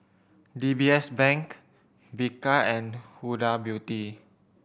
D B S Bank Bika and Huda Beauty